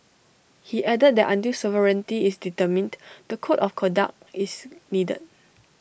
he added that until sovereignty is determined the code of conduct is needed